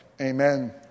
Amen